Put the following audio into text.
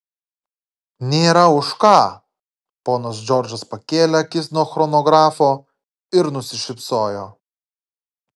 nėra už ką ponas džordžas pakėlė akis nuo chronografo ir nusišypsojo